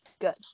good